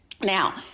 Now